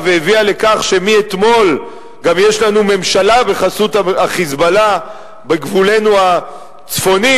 והביאו לכך שמאתמול גם יש לנו ממשלה בחסות ה"חיזבאללה" בגבולנו הצפוני,